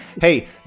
Hey